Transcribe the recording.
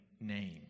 name